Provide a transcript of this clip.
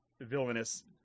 villainous